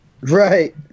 Right